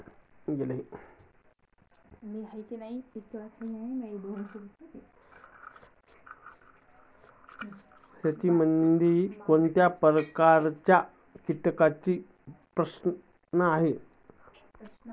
शेतीमध्ये कोणत्या प्रकारच्या कीटकांचा प्रश्न आहे?